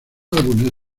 álbumes